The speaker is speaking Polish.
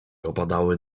opadały